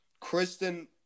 Kristen